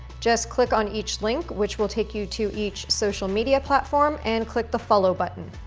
just click on each link, which will take you to each social media platform, and click the follow button.